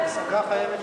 ההשגה של חבר הכנסת